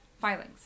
filings